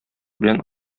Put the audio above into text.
белән